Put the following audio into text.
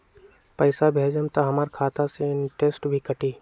पैसा भेजम त हमर खाता से इनटेशट भी कटी?